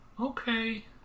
okay